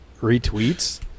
Retweets